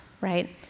right